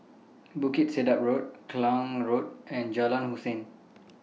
Bukit Sedap Road Klang Road and Jalan Hussein